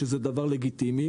שזה דבר לגיטימי,